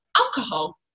alcohol